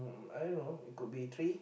I don't know it could be three